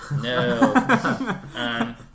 No